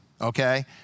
okay